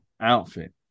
outfit